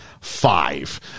five